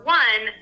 one